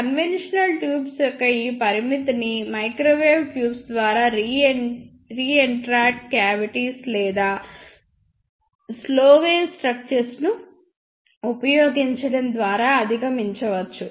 conventional tubes యొక్క ఈ పరిమితిని మైక్రోవేవ్ ట్యూబ్స్ ద్వారా రీఎంట్రాంట్ కావిటీస్ లేదా స్లో వేవ్ స్ట్రక్చర్స్ ను ఉపయోగించడం ద్వారా అధిగమించవచ్చు